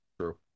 True